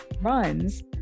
runs